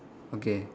okay